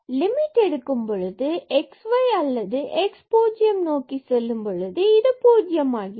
limit எடுக்கும்பொழுது xy அல்லது x 0 நோக்கிச் செல்லும் போது பூஜ்ஜியம் ஆகிறது